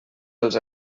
els